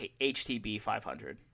HTB500